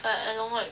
but I don't like